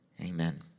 amen